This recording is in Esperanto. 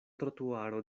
trotuaro